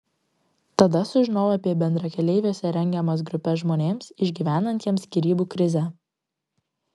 tada sužinojau apie bendrakeleiviuose rengiamas grupes žmonėms išgyvenantiems skyrybų krizę